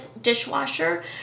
dishwasher